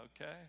okay